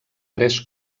tres